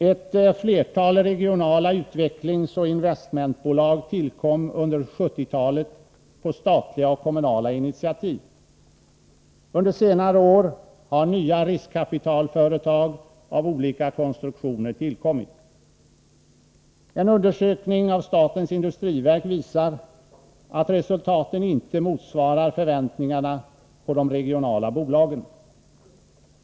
Ett flertal regionala utvecklingsoch investmentbolag tillkom under 1970-talet på statliga och kommunala initiativ. Under senare år har nya riskkapitalföretag av olika konstruktioner tillkommit. En undersökning som gjorts av statens industriverk visar att resultaten inte motsvarar förväntningarna på de regionala bolagen.